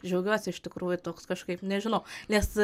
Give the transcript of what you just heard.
džiaugiuosi iš tikrųjų toks kažkaip nežinau nes